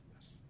Yes